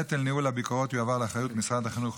נטל ניהול הביקורות יועבר לאחריות משרד החינוך,